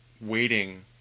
waiting